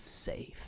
safe